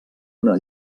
una